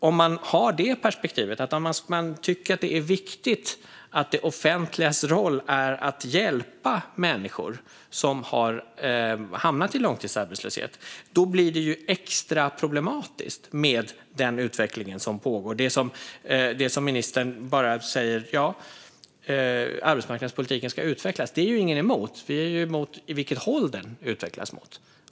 Om man tycker att det är viktigt att det offentligas roll är att hjälpa människor som har hamnat i långtidsarbetslöshet blir det extra problematiskt med den utveckling som pågår. Ministern säger: Ja, arbetsmarknadspolitiken ska utvecklas. Det är ingen emot. Vi är emot åt vilket håll den utvecklas.